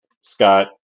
Scott